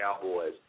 Cowboys